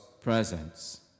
presence